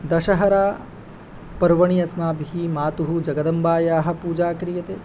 दशहरापर्वणि अस्माभिः मातुः जगदम्बायाः पूजा क्रियते